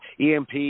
EMP